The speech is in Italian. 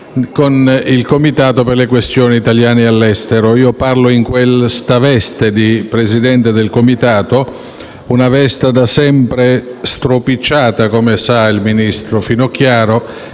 con il Comitato per le questioni italiani all'estero. Io parlo nella veste di Presidente di tale Comitato, una veste da sempre stropicciata, come sa il ministro Finocchiaro,